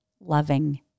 loving